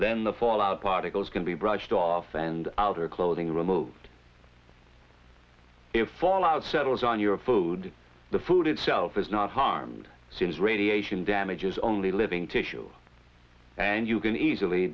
then the fallout particles can be brushed off and outer clothing removed if fallout settles on your food the food itself is not harmed since radiation damages only living tissue and you can easily